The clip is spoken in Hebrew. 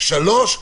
דבר שלישי,